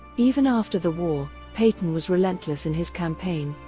even after the war, peyton was relentless in his campaign,